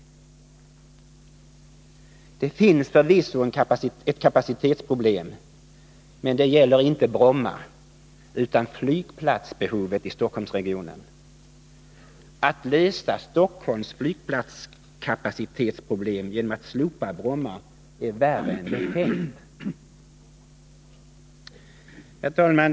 Det finns förvisso ett kapacitetsproblem, men det gäller inte Bromma utan flygplatsbehovet i Stockholmsregionen. Att ”lösa” Stockholms flygplats kapacitetsproblem genom att slopa Bromma är värre än befängt. 19 Herr talman!